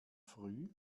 früh